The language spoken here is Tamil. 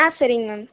சரிங்க மேம்